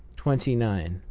twenty nine.